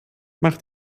mach